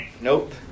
Nope